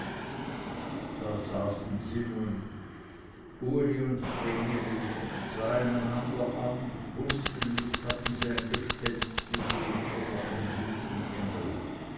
da saßen sie nun uli und vreneli sahen einander an wußten nicht hatten sie ein gespenst gesehen oder einen guten engel